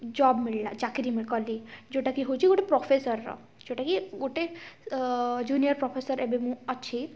job ମିଳିଲା ଚାକିରୀ କଲି ଯୋଉଟା କି ହେଉଛି ଗୋଟେ ପ୍ରେଫେସର୍ର ଯୋଉଟା କି ଗୋଟେ ଜୁନିୟର୍ ପ୍ରଫେସର୍ ଏବେ ମୁଁ ଅଛି